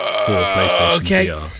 okay